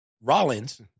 Rollins